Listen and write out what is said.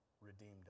redeemed